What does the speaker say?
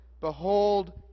behold